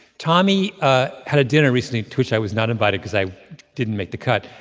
tommy ah had a dinner recently to which i was not invited because i didn't make the cut,